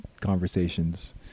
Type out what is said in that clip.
conversations